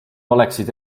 oleksid